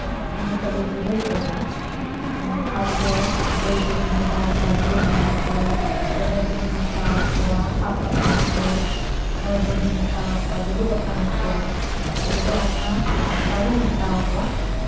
ᱩᱱᱠᱩ ᱠᱷᱚᱡ ᱫᱚ ᱡᱩᱫᱟᱹ ᱜᱮᱛᱟ ᱵᱚᱱᱟ ᱛᱚ ᱟᱵᱚ ᱫᱚ ᱜᱟᱹᱭ ᱫᱚᱵᱚᱱ ᱢᱮᱛᱟ ᱠᱚᱣᱟ ᱵᱩᱨᱩᱢ ᱠᱟᱱᱟ ᱠᱚ ᱪᱮᱬᱮ ᱫᱚᱵᱚᱱ ᱢᱮᱛᱟ ᱠᱚᱣᱟ ᱟᱵ ᱠᱟᱱᱟ ᱠᱚ ᱦᱚᱲ ᱫᱚᱵᱚᱱ ᱢᱮᱛᱟ ᱠᱚᱣᱟ ᱫᱩᱲᱩᱵ ᱠᱟᱱᱟ ᱠᱚ ᱟᱵᱚ ᱫᱚ ᱚᱱᱟ ᱚᱱᱠᱟ ᱵᱚᱱ ᱢᱮᱛᱟᱣ ᱠᱚᱣᱟ